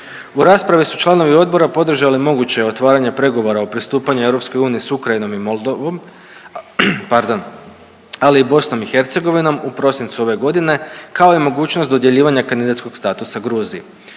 U raspravi su članovi odbora podržali moguće otvaranje pregovora o pristupanja Europskoj uniji s Ukrajini i Moldavom, pardon, ali i Bosnom i Hercegovinom u prosincu ove godine kao i mogućnost dodjeljivanja kandidatskog statusa Gruziji.